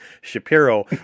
Shapiro